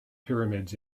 pyramids